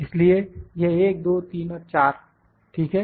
इसलिए यह 1 2 3 और 4 ठीक है